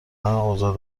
اوضاع